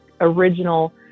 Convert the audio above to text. original